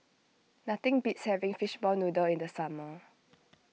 nothing beats having Fishball Noodle in the summer